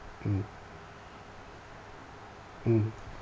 mm mm